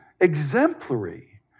exemplary